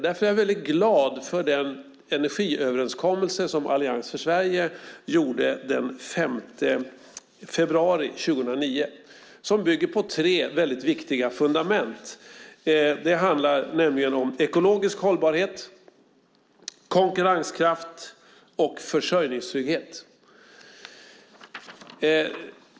Därför är jag väldigt glad för den energiöverenskommelse som Allians för Sverige gjorde den 5 februari 2009 som bygger på tre väldigt viktiga fundament. Det handlar nämligen om ekologisk hållbarhet, konkurrenskraft och försörjningstrygghet.